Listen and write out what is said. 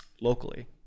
locally